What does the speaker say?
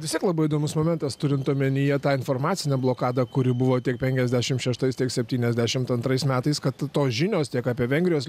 vis tiek labai įdomus momentas turint omenyje tą informacinę blokadą kuri buvo tiek penkiasdešimt šeštais tiek septyniasdešimt antrais metais kad tos žinios tiek apie vengrijos